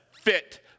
fit